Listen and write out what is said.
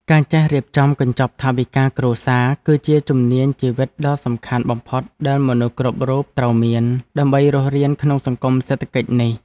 ការចេះរៀបចំកញ្ចប់ថវិកាគ្រួសារ គឺជាជំនាញជីវិតដ៏សំខាន់បំផុតដែលមនុស្សគ្រប់រូបត្រូវមាន ដើម្បីរស់រានក្នុងសង្គមសេដ្ឋកិច្ចនេះ។